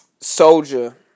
Soldier